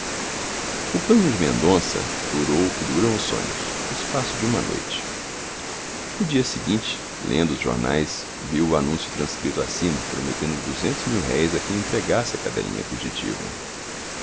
o plano de mendonça durou o que duram os sonhos o espaço de uma noite no dia seguinte lendo os jornais viu o anúncio transcrito acima prometendo duzentos mil-réis a quem entregasse a